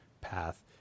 path